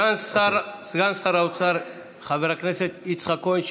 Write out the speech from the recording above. ישיב סגן שר האוצר חבר הכנסת יצחק כהן,